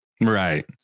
Right